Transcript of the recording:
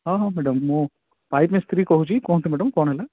ହଁ ହଁ ମ୍ୟାଡ଼ାମ୍ ମୁଁ ପାଇପ୍ ମିସ୍ତ୍ରୀ କହୁଛି କୁହନ୍ତୁ ମ୍ୟାଡ଼ାମ୍ କ'ଣ ହେଲା